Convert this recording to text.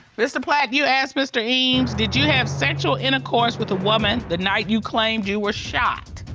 mr. platt, you asked mr. eames, did you have sexual intercourse with a woman the night you claimed you were shot?